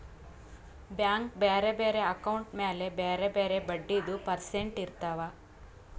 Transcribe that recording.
bank ಬ್ಯಾರೆ ಬ್ಯಾರೆ account ಮ್ಯಾಲ ಬ್ಯಾರೆ ಬ್ಯಾರೆ ಬಡ್ಡಿದು ಪರ್ಸೆಂಟ್ ಇರ್ತಾವ್